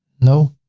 no.